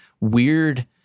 weird